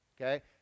okay